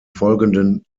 folgenden